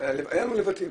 היו לנו לבטים,